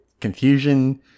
confusion